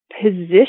position